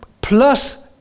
plus